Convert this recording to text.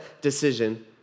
decision